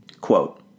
Quote